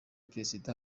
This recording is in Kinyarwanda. perezida